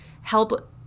help